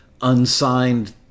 unsigned